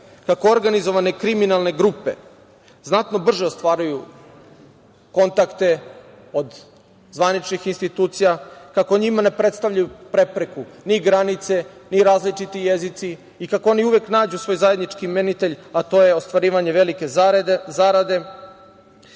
organizovane kriminalne grupe znatno brže ostvaruju kontakte od zvaničnih institucija, kako njima ne predstavljaju prepreku ni granice, ni različiti jezici i kako oni uvek nađu svoj zajednički imenitelj, a to je ostvarivanje velike zarade,